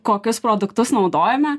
kokius produktus naudojame